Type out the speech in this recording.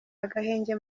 agahenge